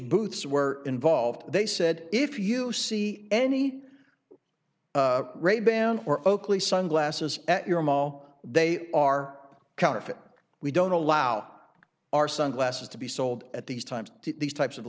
booths were involved they said if you see any ray ban or oakley sunglasses at your mall they are counterfeit we don't allow our sunglasses to be sold at these times to these types of